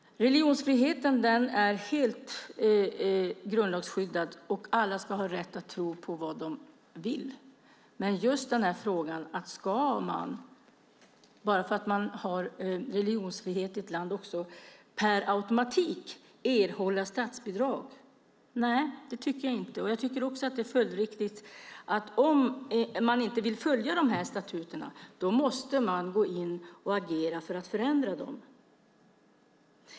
Religionsfriheten är helt grundlagsskyddad. Alla ska ha rätt att tro på vad de vill. Men ska samfunden bara för att det är religionsfrihet i ett land erhålla statsbidrag per automatik? Nej, det tycker jag inte. Jag tycker också att om man inte vill följa dessa statuter måste man följdriktigt agera för att förändra dem.